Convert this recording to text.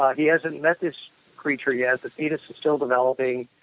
he hasn't met this creature yet. the fetus is still developing.